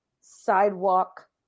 sidewalk